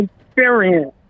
experience